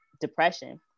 depression